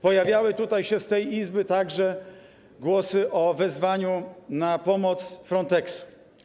Pojawiały się w tej Izbie także głosy o wezwaniu na pomoc Fronteksu.